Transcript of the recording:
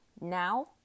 Now